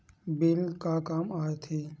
Bill का काम आ थे?